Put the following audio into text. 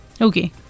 okay